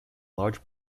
large